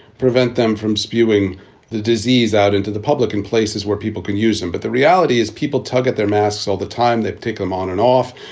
prevent them from spewing the disease out into the public in places where people can use them. but the reality is people tug at their masks all the time. they take them on and off.